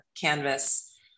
canvas